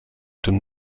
dem